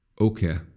Okay